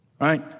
right